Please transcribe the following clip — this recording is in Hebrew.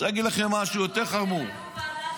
אני רוצה להגיד לכם משהו יותר חמור -- אם הכול טוב,